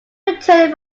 returning